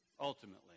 ultimately